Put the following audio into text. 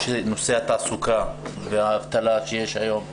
נושא התעסוקה והאבטלה שיש היום.